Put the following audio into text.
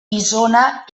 isona